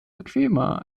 bequemer